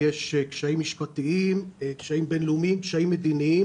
קשיים מדיניים.